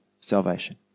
salvation